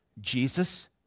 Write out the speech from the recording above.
Jesus